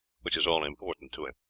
which is all-important to him.